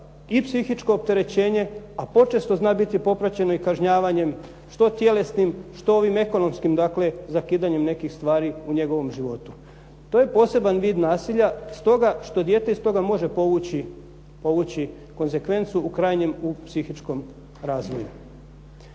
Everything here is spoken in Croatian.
i psihičko opterećenje a počesto zna biti popraćeno i kažnjavanjem što tjelesnim što ovim ekonomskim, dakle zakidanjem nekih stvari u njegovom životu. To je poseban vid nasilja stoga što dijete iz toga može povući konzekvencu u krajnjem u psihičkom razvoju.